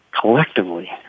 collectively